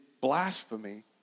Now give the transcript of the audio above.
blasphemy